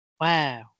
Wow